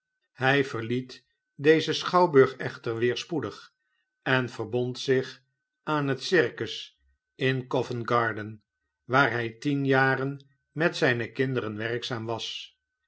hy verliet dezen schouwburg echter weer spoedig en verbond zich aan het circus in covent garden waar hij tien jaren met zijne kinderen werkzaam was